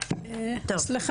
כלומר,